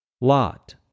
Lot